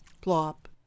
plop